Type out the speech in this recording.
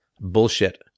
bullshit